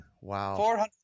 wow